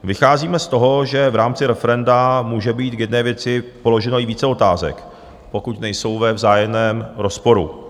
Vycházíme z toho, že v rámci referenda může být k jedné věci položeno i více otázek, pokud nejsou ve vzájemném rozporu.